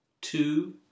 Two